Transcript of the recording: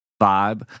vibe